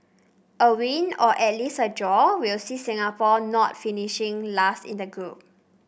a win or at least a draw will see Singapore not finishing last in the group